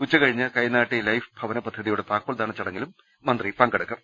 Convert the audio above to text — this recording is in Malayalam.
ഉച്ചക ഴിഞ്ഞ് കൈനാട്ടി ലൈഫ് ഭവന പദ്ധതിയുടെ താക്കോൽദാന ചടങ്ങിലും മന്ത്രി പങ്കെടുക്കും